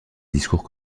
discours